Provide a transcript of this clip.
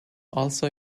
also